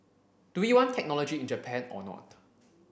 do we want technology in Japan or not